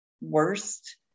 worst